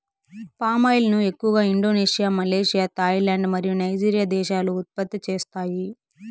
palm oil ను ఎక్కువగా Indonesia, Malaysia, Thailand మరియు నైజీరియా దేశాలు ఉత్పత్తి చేస్తాయి